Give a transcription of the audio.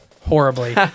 horribly